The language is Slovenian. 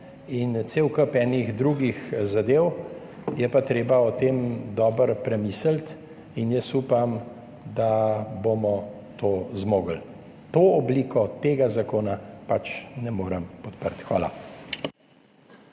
in cel kup enih drugih zadev, je pa treba o tem dobro premisliti, in jaz upam, da bomo to zmogli. To obliko tega zakona pač ne morem podpreti. Hvala.